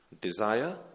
desire